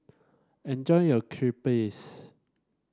enjoy your Crepe